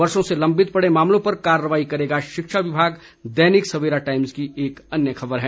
वर्षों से लंबित पड़े मामलों पर कार्रवाई करेगा शिक्षा विभाग दैनिक सवेरा टाइम्स की एक अन्य खबर है